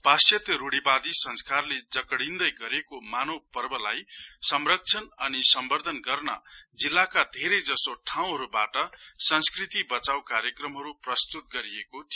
पाश्चात्य रुढीवादी संस्कारले जकड़िन्दै गरेको महान पर्वलाई संरक्षण अनि सम्वर्धन गर्न जिल्लाका धेरै जसो ठाऊँहरुबाट संस्कृति बचाउँ कार्यक्रमहरु प्रस्तुत गरिएको थियो